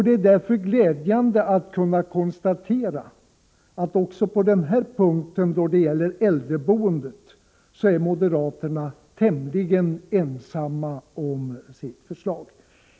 Det är därför glädjande att kunna konstatera att moderaterna även när det gäller äldreboendet är tämligen ensamma om sitt förslag.